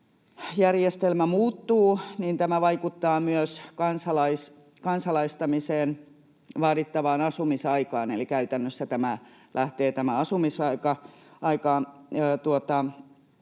muuttuu, niin tämä vaikuttaa myös kansalaistamiseen vaadittavaan asumisaikaan, eli käytännössä tämä asumisaika lähtee